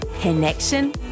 connection